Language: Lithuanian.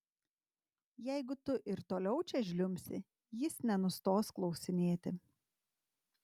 jeigu tu ir toliau čia žliumbsi jis nenustos klausinėti